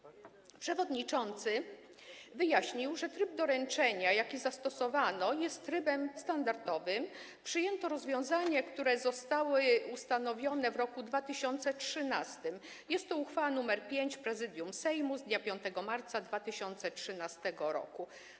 Przewodniczący wyjaśnił, że tryb doręczenia, jaki zastosowano, jest trybem standardowym, przyjęto rozwiązanie, które zostało ustanowione w roku 2013, jest to uchwała nr 5 Prezydium Sejmu z dnia 5 marca 2013 r.